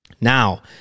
Now